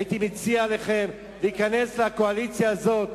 הייתי מציע לכם להיכנס לקואליציה הזאת.